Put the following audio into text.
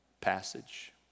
passage